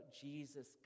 Jesus